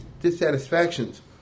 dissatisfactions